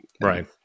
Right